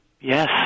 Yes